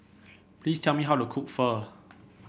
please tell me how to cook Pho